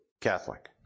Catholic